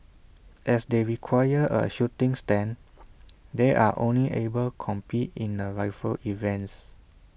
as they require A shooting stand they are only able compete in the rifle events